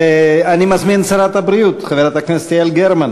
אני מזמין את שרת הבריאות חברת הכנסת יעל גרמן